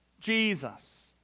Jesus